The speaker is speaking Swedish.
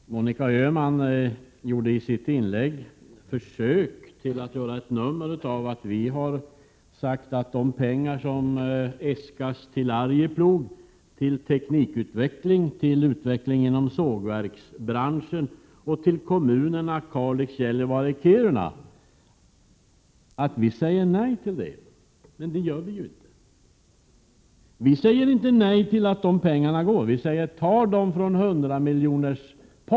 Fru talman! Monica Öhman försökte i sitt inlägg att göra ett nummer av att vi har sagt nej till de pengar som äskas till Arjeplog, till teknikutveckling, till utveckling inom sågverksbranschen och till kommunerna Kalix, Gällivare och Kiruna. Det har vi inte sagt nej till! Vi säger inte nej till den föreslagna användningen, men vi säger: Ta dem från hundramiljonerspotten.